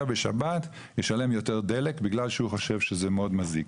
בשבת ישלם יותר דלק בגלל שהוא חושב שזה מאד מזיק,